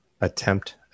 attempt